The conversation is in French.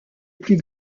plus